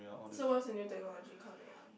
so what is the new technology coming out